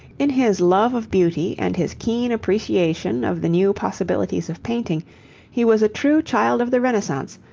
in his love of beauty and his keen appreciation of the new possibilities of painting he was a true child of the renaissance,